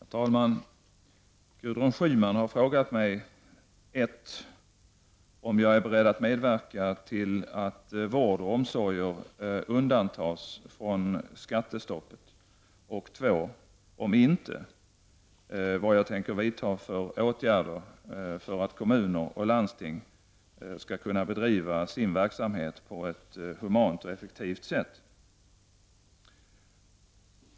Herr talman! Gudrun Schyman har frågat mig 1. om jag är beredd att medverka till att vård och omsorger undantas från skattestoppet, och 2. om inte, vad jag tänker vidta för åtgärder för att kommuner och landsting skall kunna bedriva sin verksamhet på ett humant och effektivt sätt.